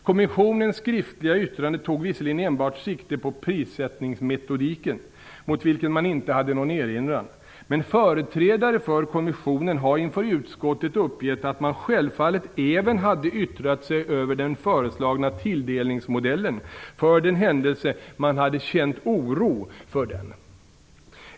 Kommissionens skriftliga yttrande tog visserligen enbart sikte på prissättningsmetodiken, mot vilken man inte hade någon erinran, men företrädare för kommissionen har inför utskottet uppgivit att man självfallet även hade yttrat sig över den föreslagna tilldelningsmodellen om man hade "känt oro" för den.